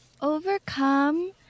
Overcome